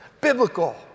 biblical